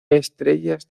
estrellas